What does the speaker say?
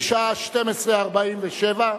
בשעה 12:47,